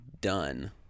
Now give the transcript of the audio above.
done